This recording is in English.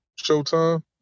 Showtime